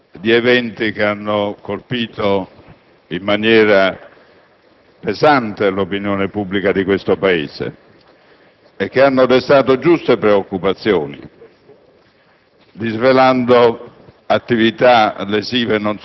operato sotto la spinta di eventi che hanno colpito in maniera pesante l'opinione pubblica di questo Paese e che hanno destato giuste preoccupazioni,